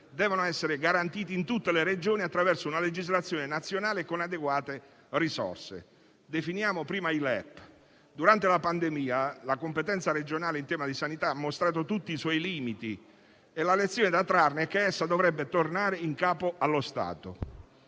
devono essere garantiti in tutte le Regioni attraverso una legislazione nazionale e con adeguate risorse. Definiamo prima i livelli essenziali di prestazione (LEP). Durante la pandemia la competenza regionale in tema di sanità ha mostrato tutti i suoi limiti e la lezione da trarne è che essa dovrebbe tornare in capo allo Stato.